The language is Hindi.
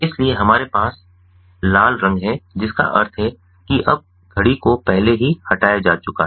इसलिए हमारे पास लाल रंग है जिसका अर्थ है कि अब घड़ी को पहले ही हटाया जा चुका है